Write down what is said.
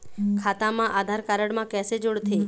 खाता मा आधार कारड मा कैसे जोड़थे?